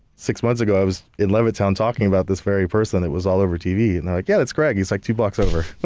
six months ago, i was in levittown talking about this very person. it was all over tv. they're and like, yeah, it's greg. he's like two blocks over.